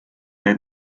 need